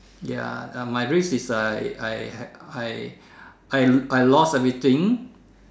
ya uh my risk is uh I I I I lost everything